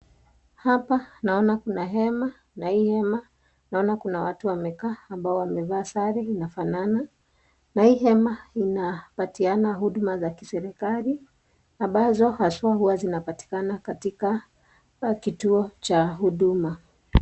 Hapa naona kuna hema na hii hema kuna watu wamekaa ambao wamevaa sare inafanana na hii hema inapatiana huduma za kiserikali ambazo haswa zinapatikana katika kituo cha huduma.